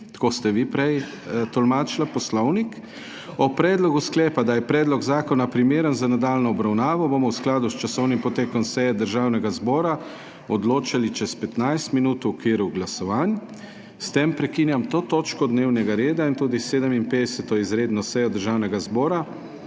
tako ste vi prej tolmačila Poslovnik. O predlogu sklepa, da je predlog zakona primeren za nadaljnjo obravnavo bomo v skladu s časovnim potekom seje Državnega zbora odločali čez 15 min v okviru glasovanj. S tem prekinjam to točko dnevnega reda in tudi 57. izredno sejo Državnega zbora,